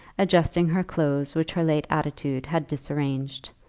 adjusting her clothes which her late attitude had disarranged,